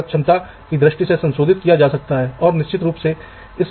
तो धातु 4 धातु 6 धातु 8 इतने धातुरूप